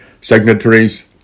signatories